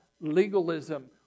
legalism